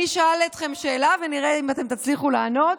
אני אשאל אתכם שאלה, ונראה אם תצליחו לענות.